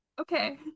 Okay